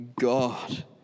God